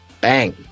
Bang